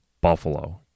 Buffalo